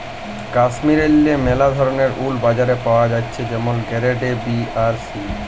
কাশ্মীরেল্লে ম্যালা ধরলের উল বাজারে পাওয়া জ্যাছে যেমল গেরেড এ, বি আর সি